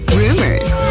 rumors